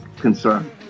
concern